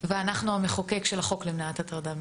ואנחנו המחוקק של החוק למניעת הטרדה מינית.